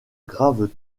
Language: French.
graves